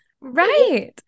right